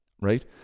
right